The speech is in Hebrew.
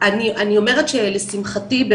אני אומרת שלשמחתי,